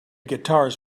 guitars